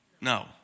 No